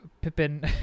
Pippin